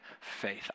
faith